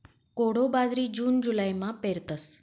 कोडो बाजरी जून जुलैमा पेरतस